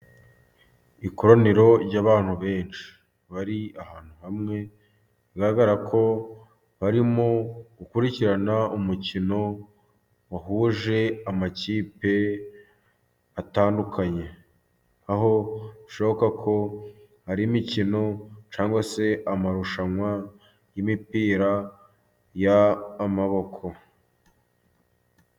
Ikoraniro ry'abantu benshi, bari ahantu hamwe, bigaragara ko barimo gukurikirana umukino, wahuje amakipe atandukanye, aho bishoboka ko hari imikino cg se amarushanwa y'imipira yamaboko.